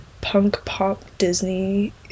punk-pop-Disney